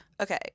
okay